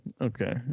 Okay